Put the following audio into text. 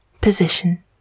position